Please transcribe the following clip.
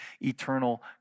eternal